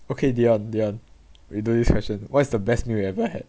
okay dion dion we don't use question what is the best meal you ever had